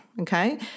okay